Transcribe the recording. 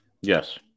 Yes